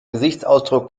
gesichtsausdruck